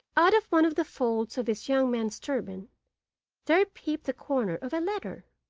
out of one of the folds of this young man's turban there peeped the corner of a letter!